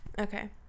Okay